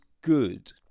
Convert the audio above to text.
good